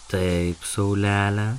taip saulele